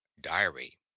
diary